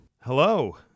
Hello